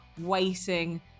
waiting